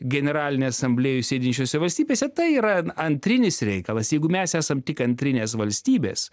generalinėj asamblėjoj sėdinčiose valstybėse tai yra na antrinis reikalas jeigu mes esam tik antrinės valstybės